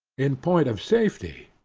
in point of safety,